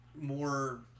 more